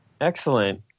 Excellent